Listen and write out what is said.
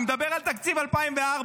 הוא מדבר על תקציב 2004,